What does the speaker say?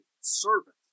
servant